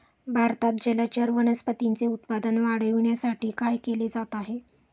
भारतात जलचर वनस्पतींचे उत्पादन वाढविण्यासाठी काय केले जात आहे?